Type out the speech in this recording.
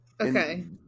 Okay